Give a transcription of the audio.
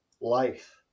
life